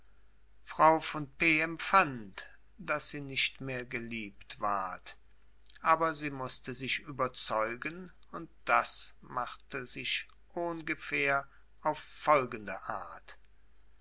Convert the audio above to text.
frau von p empfand daß sie nicht mehr geliebt ward aber sie mußte sich überzeugen und das machte sich ohngefähr auf folgende art